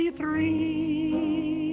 three